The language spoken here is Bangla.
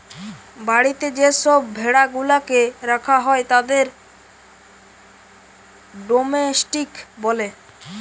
বাড়িতে যে সব ভেড়া গুলাকে রাখা হয় তাদের ডোমেস্টিক বলে